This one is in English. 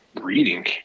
reading